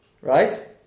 right